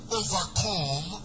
overcome